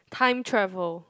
time travel